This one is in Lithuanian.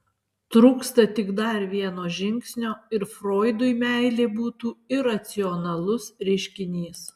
trūksta tik dar vieno žingsnio ir froidui meilė būtų iracionalus reiškinys